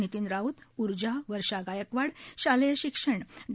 नितीन राऊत उर्जा वर्षा गायकवाड शालेय शिक्षण डॉ